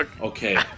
Okay